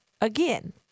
again